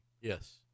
Yes